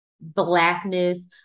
blackness